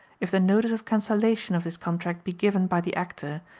if the notice of cancellation of this contract be given by the actor,